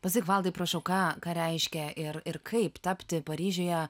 pasakyk valdai prašau ką ką reiškia ir ir kaip tapti paryžiuje